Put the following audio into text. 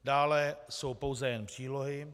Dále jsou pouze a jen přílohy.